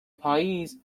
پاییز